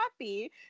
happy